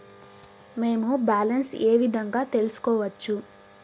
మేము బ్యాలెన్స్ ఏ విధంగా తెలుసుకోవచ్చు?